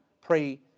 pray